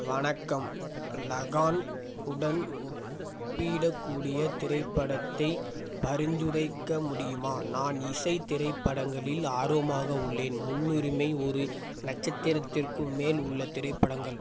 வணக்கம் லகான் உடன் ஒப்பிடக்கூடிய திரைப்படத்தைப் பரிந்துரைக்க முடியுமா நான் இசைத் திரைப்படங்களில் ஆர்வமாக உள்ளேன் முன்னுரிமை ஒரு நட்சத்திரத்திற்கும் மேல் உள்ள திரைப்படங்கள்